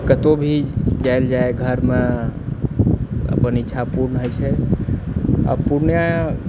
कतहु भी जाएल जाइ घरमे अपन इच्छापूर्ण होइ छै अपने